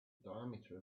diameter